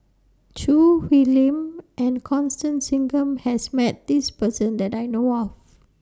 Choo Hwee Lim and Constance Singam has Met This Person that I know of